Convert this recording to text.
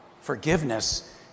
forgiveness